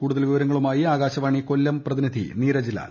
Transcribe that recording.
കൂടുതൽ വിവരങ്ങളുമായി ആകാശവാണി കൊല്ലം പ്രതിനിധി നീരജ് ലാൽ